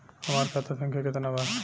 हमार खाता संख्या केतना बा?